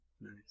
Nice